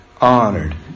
honored